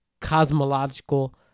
cosmological